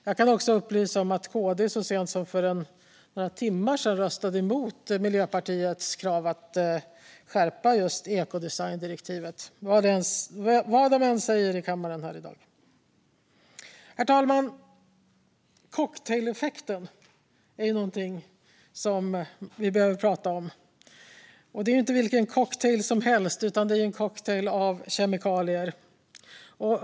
Jag kan också upplysa om att KD så sent som för några timmar sedan röstade emot Miljöpartiets krav att skärpa just ekodesigndirektivet - vad de än säger i kammaren här i dag. Herr talman! Cocktaileffekten är någonting som vi behöver prata om. Det är inte vilken cocktail som helst, utan det är en cocktail av kemikalier.